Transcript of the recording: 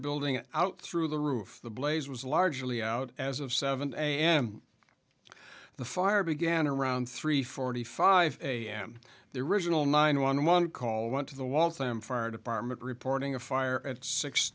building out through the roof the blaze was largely out as of seven am the fire began around three forty five am their original nine one one call went to the waltham fire department reporting a fire at six